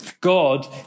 God